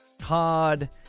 COD